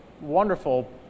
wonderful